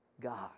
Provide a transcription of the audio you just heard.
God